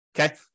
Okay